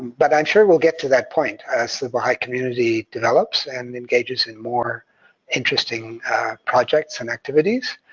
but i'm sure we'll get to that point as the baha'i community develops and engages in more interesting projects and activities.